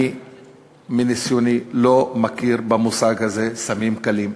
אני, מניסיוני, לא מכיר במושג הזה "סמים קלים".